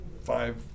five